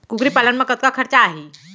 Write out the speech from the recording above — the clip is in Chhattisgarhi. कुकरी पालन म कतका खरचा आही?